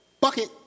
Bucket